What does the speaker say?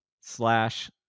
slash